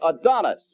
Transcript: Adonis